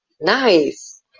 nice